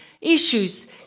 Issues